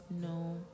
No